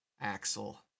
Axel